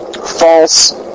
false